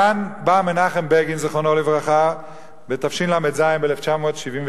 כאן בא מנחם בגין ז"ל בתשל"ז, ב-1977,